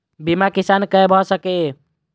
बीमा किसान कै भ सके ये?